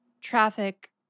traffic